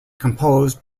composed